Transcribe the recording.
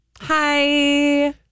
Hi